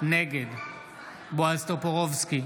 נגד בועז טופורובסקי,